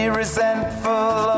resentful